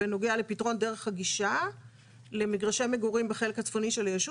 בנוגע לפתרון דרך הגישה למגרשי המגורים בחלק הצפוני של היישוב.